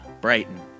Brighton